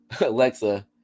Alexa